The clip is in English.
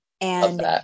And-